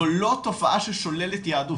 זו לא תופעה ששוללת יהדות.